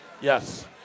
Yes